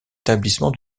établissement